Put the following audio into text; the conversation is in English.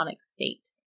state